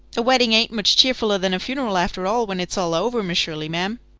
a wedding ain't much cheerfuller than a funeral after all, when it's all over, miss shirley, ma'am.